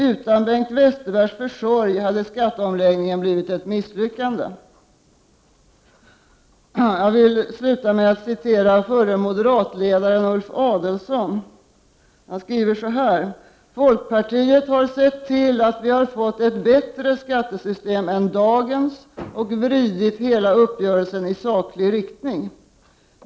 ———- Utan Bengt Westerbergs försorg hade skatteomläggningen blivit ett misslyckande.” Jag vill sluta med att citera förre moderatledaren Ulf Adelsohn: ”Folkpartiet har sett till att vi fått ett bättre skattesystem än dagens och vridit hela uppgörelsen i saklig riktning.